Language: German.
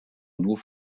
nur